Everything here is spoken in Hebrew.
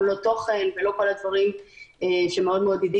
כפי שהנתונים הוצגו